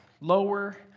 lower